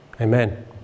Amen